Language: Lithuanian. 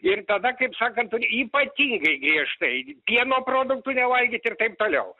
ir tada kaip sakant ypatingai griežtai pieno produktų nevalgyt ir taip toliau